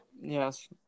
Yes